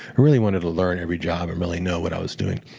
really wanted to learn every job and really know what i was doing.